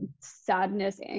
sadness